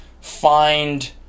find